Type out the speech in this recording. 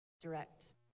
direct